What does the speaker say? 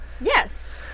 Yes